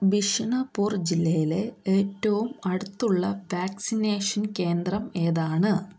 ബിഷ്ണാപ്പൂർ ജില്ലയിലെ ഏറ്റവും അടുത്തുള്ള വാക്സിനേഷൻ കേന്ദ്രം ഏതാണ്